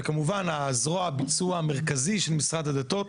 וכמובן, זרוע הביצוע המרכזי של משרד הדתות,